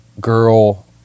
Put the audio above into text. girl